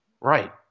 Right